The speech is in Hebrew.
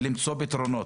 ולמצוא פתרונות.